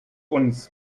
uns